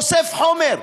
אוסף חומר,